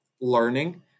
learning